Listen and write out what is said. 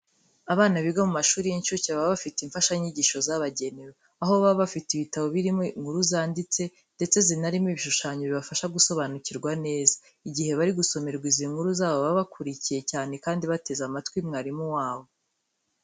Abana biga mu mashuri y'incuke, baba bafite imfashanyigisho zabagenewe. Aho baba bafite ibitabo birimo inkuru zanditse, ndetse zinarimo ibishushanyo bibafasha gusobanukirwa neza. Igihe bari gusomerwa izi nkuru zabo, baba bakurikiye cyane kandi bateze amatwi mwarimu wabo.